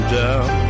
down